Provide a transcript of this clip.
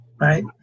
right